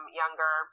younger